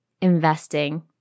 investing